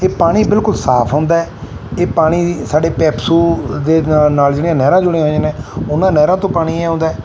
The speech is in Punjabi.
ਇਹ ਪਾਣੀ ਬਿਲਕੁਲ ਸਾਫ ਹੁੰਦਾ ਇਹ ਪਾਣੀ ਸਾਡੇ ਪੈਪਸੂ ਦੇ ਨਾ ਨਾਲ ਜਿਹੜੀਆਂ ਨਹਿਰਾਂ ਜੁੜੀਆਂ ਹੋਈਆ ਨੇ ਉਹਨਾਂ ਨਹਿਰਾਂ ਤੋਂ ਪਾਣੀ ਆਉਂਦਾ